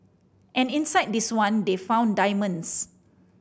and inside this one they found diamonds